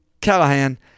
Callahan